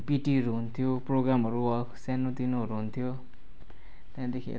पिटीहरू हुन्थ्यो प्रोग्रामहरू सानो तिनोहरू हुन्थ्यो त्यहाँदेखि यता